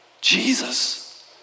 Jesus